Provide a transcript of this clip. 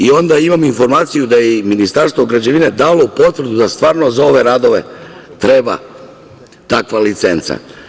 Onda imam informaciju da je i Ministarstvo građevine dalo potvrdu da za ove radove treba takva licenca.